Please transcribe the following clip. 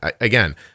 again